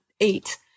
eight